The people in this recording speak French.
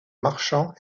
marchand